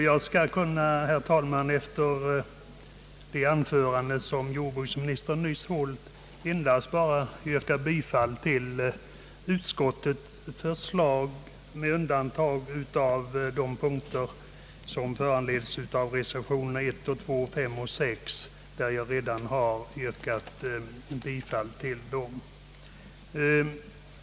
Jag skall därför, herr talman, efter det anförande som jordbruksministern nyss hållit endast yrka bifall till utskottets förslag med undantag av de punkter som berörs av reservationerna 1, 2, 5 och 6, som jag redan yrkat bifall till.